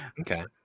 Okay